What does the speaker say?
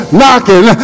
knocking